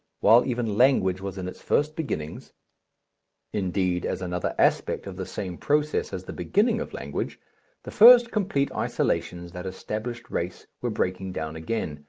while even language was in its first beginnings indeed as another aspect of the same process as the beginning of language the first complete isolations that established race were breaking down again,